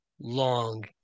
long